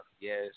Yes